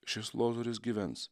šis lozorius gyvens